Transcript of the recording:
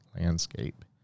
landscape